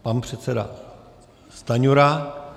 Pan předseda Stanjura.